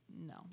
no